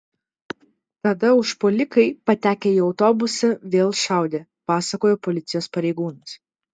tada užpuolikai patekę į autobusą vėl šaudė pasakojo policijos pareigūnas